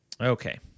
Okay